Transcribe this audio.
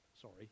sorry